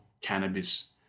cannabis